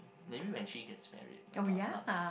maybe when she gets married but not not